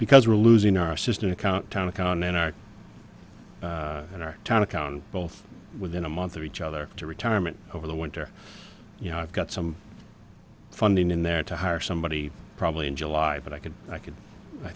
because we're losing our system account tonic on our in our town account both within a month of each other to retirement over the winter you know i've got some funding in there to hire somebody probably in july but i could i could i